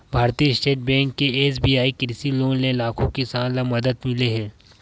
भारतीय state bank के SBI कृषि लोन ले लाखो किसान ल मदद मिले हे